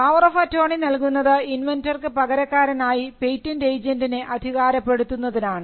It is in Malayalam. പവർ ഓഫ് അറ്റോണി നൽകുന്നത് ഇൻവെൻന്റർക്ക് പകരക്കാരനായി പേറ്റന്റ് ഏജൻറിനെ അധികാരപ്പെടുത്തുന്നതിനാണ്